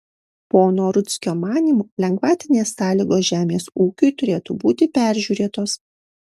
pono rudzkio manymu lengvatinės sąlygos žemės ūkiui turėtų būti peržiūrėtos